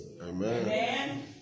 Amen